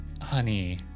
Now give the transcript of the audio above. honey